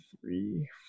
three